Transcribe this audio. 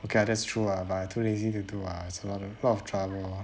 okay ah that's true ah but I too lazy to do ah is a lot of a lot of trouble